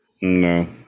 No